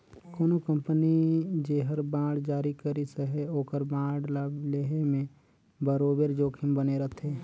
कोनो कंपनी जेहर बांड जारी करिस अहे ओकर बांड ल लेहे में बरोबेर जोखिम बने रहथे